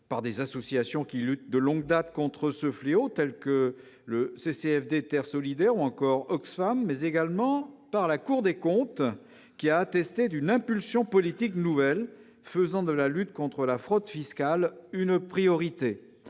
par des associations luttant de longue date contre ce fléau, telles que CCFD-Terre solidaire ou Oxfam, mais aussi par la Cour des comptes, qui a attesté d'une « impulsion politique nouvelle » faisant de la lutte contre la fraude fiscale « une priorité